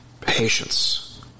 Patience